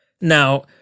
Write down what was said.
Now